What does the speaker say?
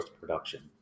production